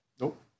Nope